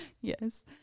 Yes